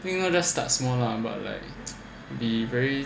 think need start small lah but like be very